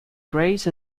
grace